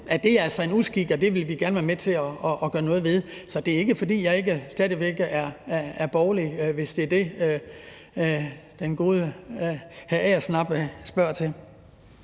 til altså er en uskik, og det vil vi gerne være med til at gøre noget ved. Så det er ikke, fordi jeg ikke stadig væk er borgerlig, hvis det er det, den gode hr. Sigurd Agersnap spørger til.